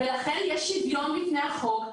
ולכן יש שוויון בפני החוק,